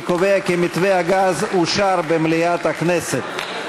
אני קובע כי מתווה הגז אושר במליאת הכנסת.